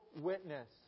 witness